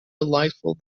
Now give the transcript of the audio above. delightful